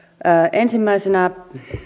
ensimmäisenä